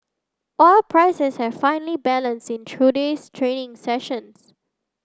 oil prices had finely balanced in today's trading sessions